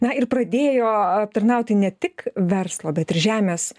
na ir pradėjo aptarnauti ne tik verslo bet ir žemės